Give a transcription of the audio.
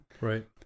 right